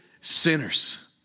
sinners